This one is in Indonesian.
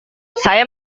saya